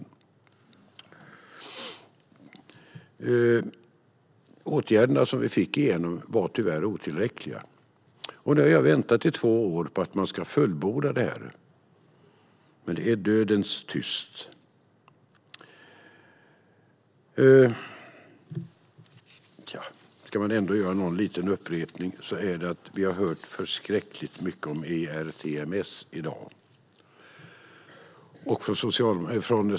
Åtgärderna vi fick igenom var tyvärr otillräckliga. Jag har väntat i två år på att detta ska fullbordas, men det är dödstyst. Jag ska ändå göra någon liten upprepning. Vi har hört förskräckligt mycket om ERTMS i dag.